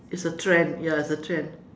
it's a trend ya it's trend